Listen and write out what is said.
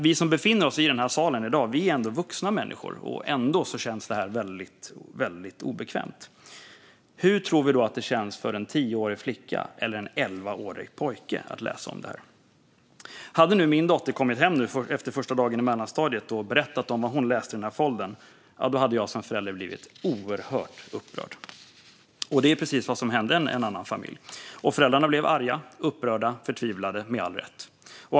Vi som befinner oss i den här salen i dag är vuxna människor, men ändå känns detta väldigt obekvämt. Hur tror vi då att det känns för en tioårig flicka eller en elvaårig pojke att läsa om detta? Hade min dotter kommit hem efter första dagen i mellanstadiet och berättat om vad hon läst i den här foldern hade jag som förälder blivit oerhört upprörd. Och det var precis vad som hände i en annan familj. Föräldrarna blev, med all rätt, arga, upprörda och förtvivlade.